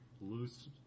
loose